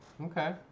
Okay